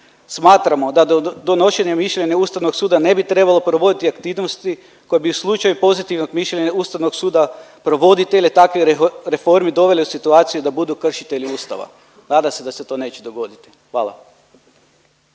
Smatramo da donošenjem mišljenja Ustavnom suda ne bi trebalo provoditi aktivnosti koje bi u slučaju pozitivnog mišljenja Ustavnog suda provoditelj takvih reformi dovele u situacije da budu kršitelji Ustava. Nadam se da se to neće dogoditi. Hvala.